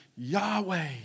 Yahweh